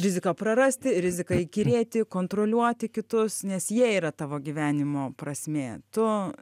rizika prarasti rizika įkyrėti kontroliuoti kitus nes jie yra tavo gyvenimo prasmė tu